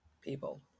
people